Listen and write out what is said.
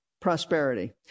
prosperity